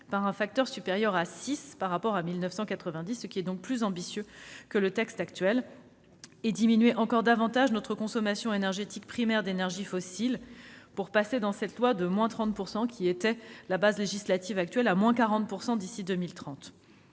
par un facteur supérieur à six par rapport à 1990 ; c'est donc plus ambitieux que le texte actuel. Nous diminuerons encore davantage notre consommation énergétique primaire d'énergies fossiles, en passant avec cette loi de moins 30 %, qui est la base législative actuelle, à moins 40 % d'ici à 2030.